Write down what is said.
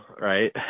right